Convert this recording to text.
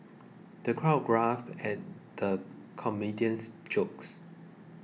the crowd guffawed at the comedian's jokes